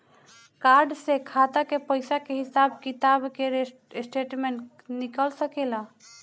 Card से खाता के पइसा के हिसाब किताब के स्टेटमेंट निकल सकेलऽ?